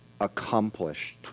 accomplished